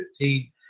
2015